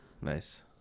Nice